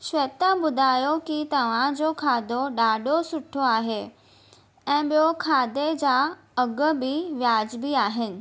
श्वेता ॿुधायो की तव्हांजो खाधो ॾाढो सुठो आहे ऐं ॿियो खाधे जा अघु बि वाजिबी आहिनि